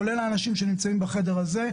כולל האנשים שנמצאים בחדר הזה,